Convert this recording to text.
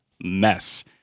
Mess